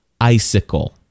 icicle